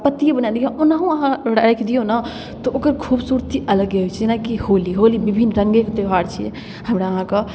पत्तिए बना लिअऽ ओनाहिओ अहाँ राखि दिऔ ने तऽ ओकर खूबसूरती अलगे अछि जेनाकि होली होली विभिन्न रङ्गेके त्योहार छिए हमरा अहाँके